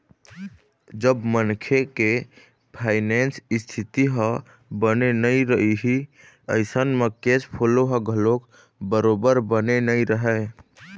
जब मनखे के फायनेंस इस्थिति ह बने नइ रइही अइसन म केस फोलो ह घलोक बरोबर बने नइ रहय